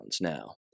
now